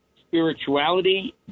spirituality